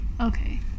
Okay